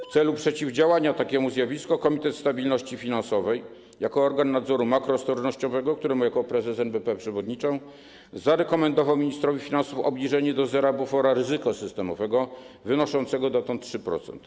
W celu przeciwdziałania takiemu zjawisku Komitet Stabilności Finansowej jako organ nadzoru makroostrożnościowego, któremu jako prezes NBP przewodniczę, zarekomendował ministrowi finansów obniżenie do zera bufora ryzyka systemowego wynoszącego dotąd 3%.